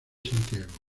santiago